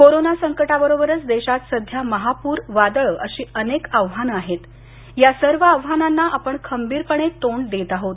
corona संकटाबरोबरच देशांत सध्या महापूर वादळ अशी अनेक आव्हानं आहेत पण या सर्व आव्हानाना आपण खबीरपणे तोंड देत आहोत